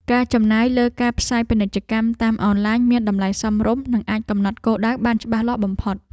ការចំណាយលើការផ្សាយពាណិជ្ជកម្មតាមអនឡាញមានតម្លៃសមរម្យ និងអាចកំណត់គោលដៅបានច្បាស់លាស់បំផុត។